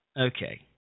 Okay